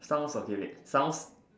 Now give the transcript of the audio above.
sound okay wait sounds